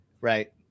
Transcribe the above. right